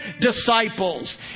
disciples